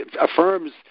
affirms